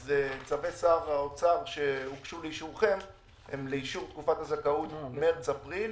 אז צווי שר האוצר שהוגשו לאישורכם הן לאישור תקופות הזכאות מרץ-אפריל,